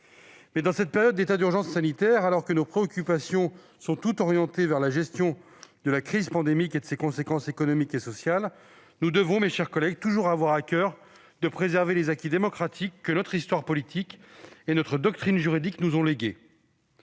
» Dans cette période d'état d'urgence sanitaire, alors que nos préoccupations sont toutes orientées vers la gestion de la crise pandémique et de ses conséquences économiques et sociales, nous devons, mes chers collègues, toujours avoir à coeur de préserver les acquis démocratiques que notre histoire politique et notre doctrine juridique nous ont légués.